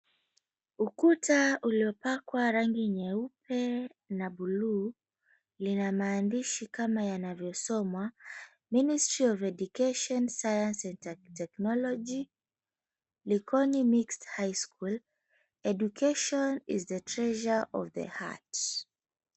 Ukuta uliopakwa rangi nyeupe na blu lina maandishi kama yanavyosoma, Ministry of Education Science and Technology Likoni Mixed High School, Education is the Treasure of the heart.